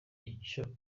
icyo